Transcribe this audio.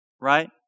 right